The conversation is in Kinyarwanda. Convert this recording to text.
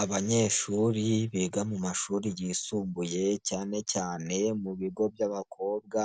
Abanyeshuri biga mu mashuri yisumbuye cyane cyane mu bigo by'abakobwa,